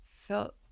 felt